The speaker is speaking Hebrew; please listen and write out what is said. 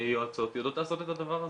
ויועצות יודעים לעשות את הדבר הזה.